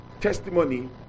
testimony